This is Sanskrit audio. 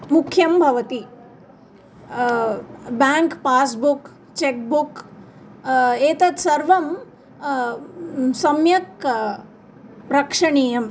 मुख्यं भवति bank passbook cheque book एतत् सर्वं सम्यक् रक्षणीयम्